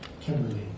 Kimberly